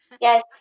yes